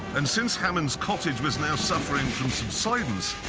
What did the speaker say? and since hammond's cottage was now suffering from subsidence,